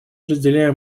разделяем